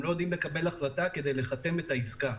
הם לא יודעים לקבל החלטה כדי לחתם את העסקה.